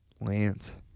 Lance